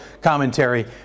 commentary